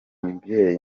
mubyeyi